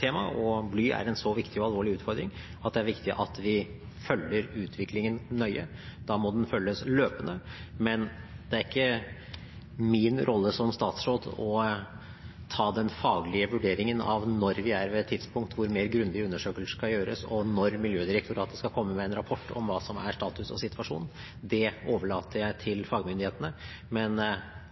tema, og bly er en så viktig og alvorlig utfordring, at det er viktig at vi følger utviklingen nøye. Da må den følges løpende, men det er ikke min rolle som statsråd å ta den faglige vurderingen av når vi er ved et tidspunkt hvor grundigere undersøkelser skal gjøres, og når Miljødirektoratet skal komme med en rapport om hva som er status og situasjonen. Det overlater jeg til fagmyndighetene. Men